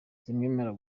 zimwemerera